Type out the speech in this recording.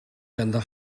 ganddo